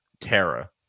Terra